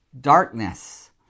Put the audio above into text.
darkness